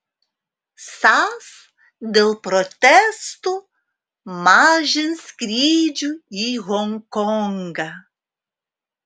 sas dėl protestų mažins skrydžių į honkongą